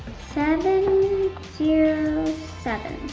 seven zero seven.